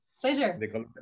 Pleasure